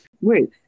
Wait